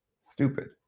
stupid